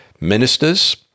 ministers